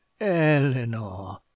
eleanor